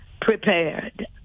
prepared